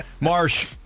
Marsh